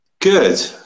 Good